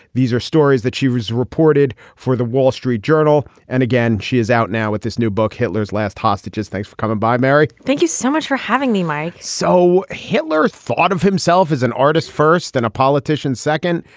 these are stories that she was reported for the wall street journal. and again she is out now with this new book hitler's last hostages. thanks for coming by mary. thank you so much for having me mike. so hitler thought of himself as an artist first and a politician second.